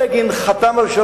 גם